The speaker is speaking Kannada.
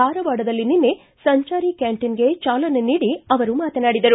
ಧಾರವಾಡದಲ್ಲಿ ನಿನ್ನೆ ಸಂಚಾರಿ ಕ್ಕಾಂಟೀನ್ಗೆ ಚಾಲನೆ ನೀಡಿ ನಂತರ ಅವರು ಮಾತನಾಡಿದರು